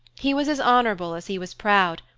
he was as honorable as he was proud,